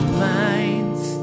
minds